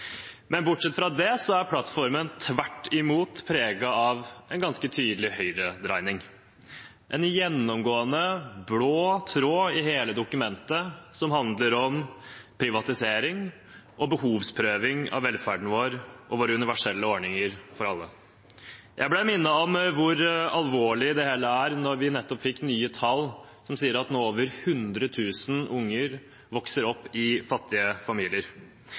Men bortsett fra det er plattformen tvert imot preget av en ganske tydelig høyredreining. Det er en gjennomgående blå tråd i hele dokumentet, som handler om privatisering og behovsprøving av velferden og våre universelle ordninger. Jeg ble minnet om hvor alvorlig det hele er da vi nettopp fikk nye tall som sier at over 100 000 unger vokser opp i fattige familier.